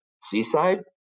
Seaside